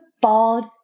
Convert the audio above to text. bald